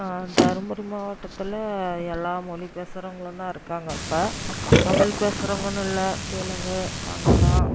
தர்மபுரி மாவட்டத்தில் எல்லா மொழி பேசுகிறவுங்களும் தான் இருக்காங்க இப்போ தமிழ் பேசுகிறவுங்கனு இல்லை தெலுங்கு கன்னடம்